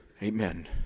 Amen